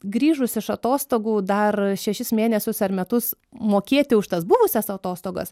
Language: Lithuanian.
grįžus iš atostogų dar šešis mėnesius ar metus mokėti už tas buvusias atostogas